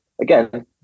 again